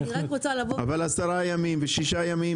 אבל עשרה ימים ושישה ימים,